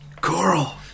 Coral